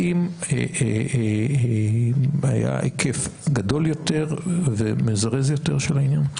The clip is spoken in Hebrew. האם היה היקף גדול יותר ומזרז יותר של העניין?